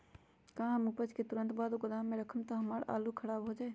का हम उपज के तुरंत बाद गोदाम में रखम त हमार आलू खराब हो जाइ?